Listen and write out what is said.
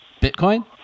Bitcoin